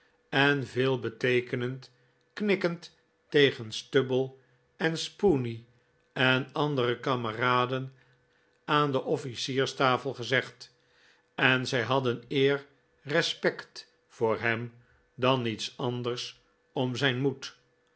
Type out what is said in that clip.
en veelbeteekenend knikkend tegen stubble en spooney en andere kameraden aan de offlcierstafel gezegd en zij hadden eer respect voor hem dan iets anders om zijn moed